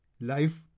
life